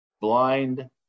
Blind